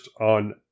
on